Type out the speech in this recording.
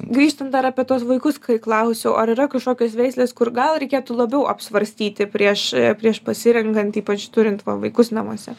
grįžtant dar apie tuos vaikus kai klausiau ar yra kažkokios veislės kur gal reikėtų labiau apsvarstyti prieš prieš pasirenkant ypač turint va vaikus namuose